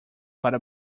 para